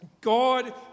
God